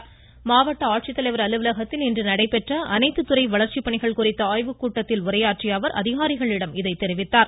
நாமக்கல் மாவட்ட ஆட்சியர் அலுவலகத்தில் இன்று நடைபெற்ற அனைத்து துறை வளர்ச்சிப் பணிகள் குறித்த ஆய்வு கூட்டத்தில் உரையாற்றிய அவர் அதிகாரிகளிடம் இதனை தெரிவித்தார்